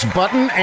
button